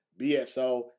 BSO